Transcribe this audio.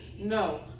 No